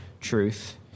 truth